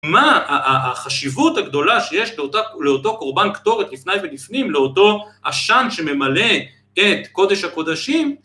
מה החשיבות הגדולה שיש לאותו קרבן קטורת לפני ולפנים, לאותו עשן שממלא את קודש הקודשים